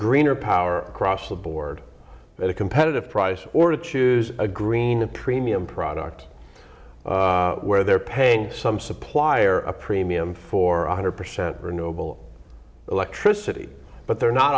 greener power across the board at a competitive price or to choose a green premium product where they're paying some supplier a premium for one hundred percent renewable electricity but they're not